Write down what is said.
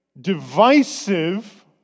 divisive